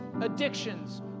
addictions